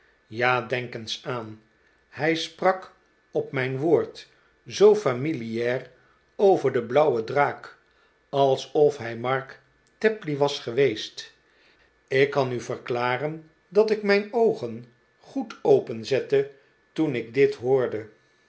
ja denk eens aan hij sprak op mijn woord zoo familiaar over de blauwe draak alsof hij mark tapley was geweest ik kan u verklaren dat ik mijn oogen goed openzette toen ik dit hoorde